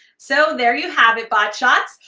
so there you have it, botshots,